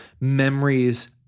memories